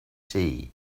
tea